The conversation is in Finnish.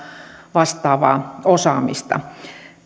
vastaavaa osaamista